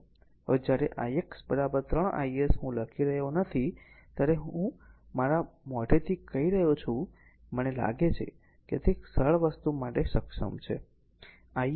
હવે જ્યારે i x 3 i s હું લખી રહ્યો નથી ત્યારે હું મારા મોઢેથી કહી રહ્યો છું મને લાગે છે કે તે એક સરળ વસ્તુ માટે સક્ષમ છે